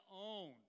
own